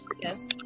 Yes